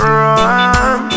run